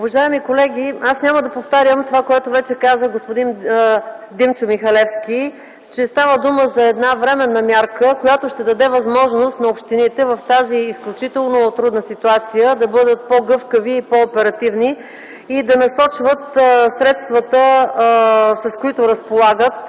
Уважаеми колеги, аз няма да повтарям това, което вече каза господин Димчо Михалевски, че става дума за една временна мярка, която ще даде възможност на общините в тази изключително трудна ситуация да бъдат по-гъвкави и по-оперативни и да насочват средствата, с които разполагат,